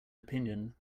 opinion